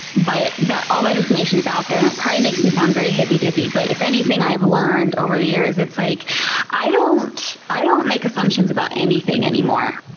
but all that information is out there. and that probably makes me sound very hippy dippy, but if anything i've learned over the years, it's, like i don't i don't make assumptions about anything anymore.